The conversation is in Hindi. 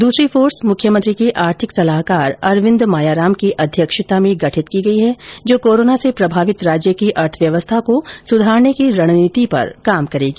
दूसरी टास्क फोर्स मुख्यमंत्री के आर्थिक सलाहकार अरविंद मायाराम की अध्यक्षता में गठित की गई है जो कोरोना से प्रभावित राज्य की अर्थव्यवस्था को सुधारने की रणनीति पर काम करेगी